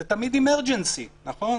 זה תמיד emergency, נכון?